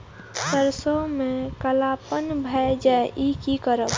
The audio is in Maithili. सरसों में कालापन भाय जाय इ कि करब?